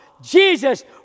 Jesus